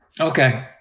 Okay